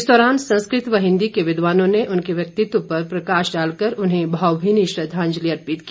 इस दौरान संस्कृत व हिन्दी के विद्वानों ने उनके व्यक्तित्व पर प्रकाश डालकर उन्हें भावभीनी श्रद्वांजलि अर्पित की